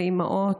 לאימהות,